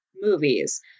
movies